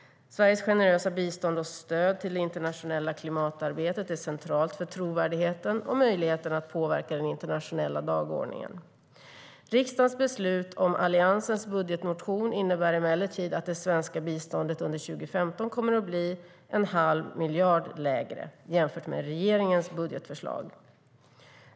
Sveriges generösa bistånd och stöd till det internationella klimatarbetet är centralt för trovärdigheten och möjligheterna att påverka den internationella dagordningen. Riksdagens beslut om Alliansens budgetmotion innebär emellertid att det svenska biståndet under 2015 kommer att bli en halv miljard lägre, jämfört med regeringens budgetförslag.